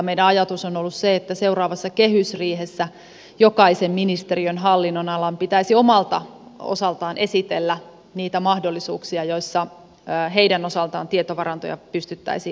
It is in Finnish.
meidän ajatuksemme on ollut se että seuraavassa kehysriihessä jokaisen ministeriön hallinnonalan pitäisi omalta osaltaan esitellä niitä mahdollisuuksia joissa heidän osaltaan tietovarantoja pysyttäisiin avaamaan